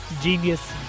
genius